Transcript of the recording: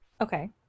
Okay